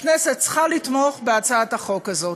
הכנסת צריכה לתמוך בהצעת החוק הזאת.